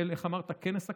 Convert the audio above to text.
של, איך אמרת, כנס הקיץ?